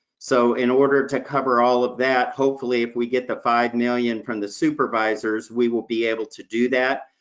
so in order to cover all of that, hopefully, if we get the five million from the supervisors, we will be able to do that.